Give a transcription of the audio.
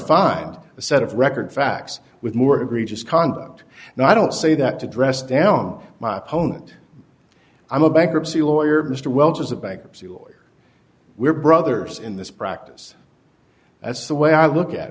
find a set of record facts with more egregious conduct and i don't say that to dress down my opponent i'm a bankruptcy lawyer mr welch is a bankruptcy lawyer we're brothers in this practice that's the way i look at